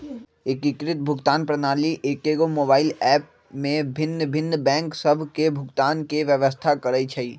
एकीकृत भुगतान प्रणाली एकेगो मोबाइल ऐप में भिन्न भिन्न बैंक सभ के भुगतान के व्यवस्था करइ छइ